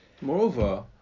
Moreover